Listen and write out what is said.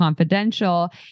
Confidential